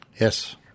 Yes